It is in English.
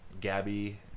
Gabby